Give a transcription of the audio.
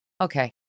Okay